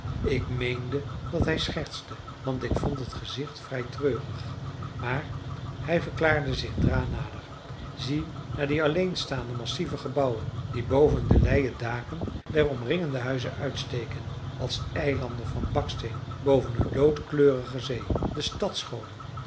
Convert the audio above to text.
ik meende dat hij schertste want ik vond het gezicht vrij treurig maar hij verklaarde zich dra nader zie naar die alleenstaande massieve gebouwen die boven de leien daken der omringende huizen uitsteken als eilanden van baksteen boven een loodkleurige zee de